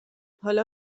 حالا